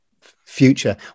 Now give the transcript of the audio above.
future